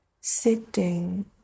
sitting